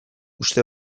uste